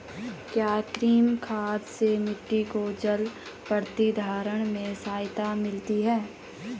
क्या कृमि खाद से मिट्टी को जल प्रतिधारण में सहायता मिलती है?